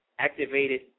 activated